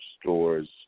stores